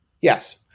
Yes